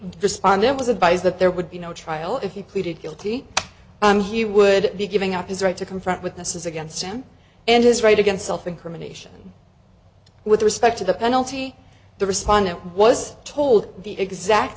respondent was advised that there would be no trial if he pleaded guilty i'm he would be giving up his right to confront witnesses against him and his right against self incrimination with respect to the penalty the respondent was told the exact